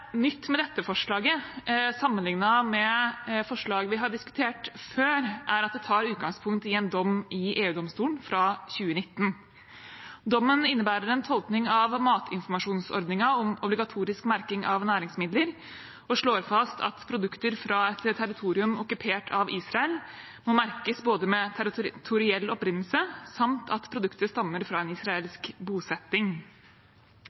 nytt med dette forslaget, sammenlignet med forslag vi har diskutert før, er at det tar utgangspunkt i en dom i EU-domstolen fra 2019. Dommen innebærer en tolkning av matinformasjonsordningen om obligatorisk merking av næringsmidler og slår fast at produkter fra et territorium okkupert av Israel må merkes med både territoriell opprinnelse samt at produktet stammer fra en